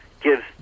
gives